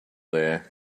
there